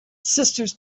sisters